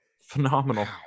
phenomenal